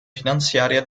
finanziaria